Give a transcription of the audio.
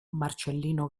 marcellino